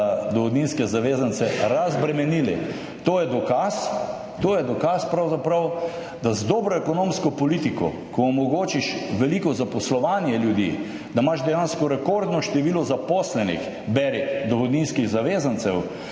dohodninske zavezance. To je dokaz, pravzaprav, da z dobro ekonomsko politiko, ko omogočiš veliko zaposlovanje ljudi, da imaš dejansko rekordno število zaposlenih, beri dohodninskih zavezancev,